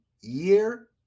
year